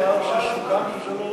סוכם שזה לא עולה.